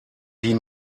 die